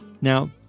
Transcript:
Now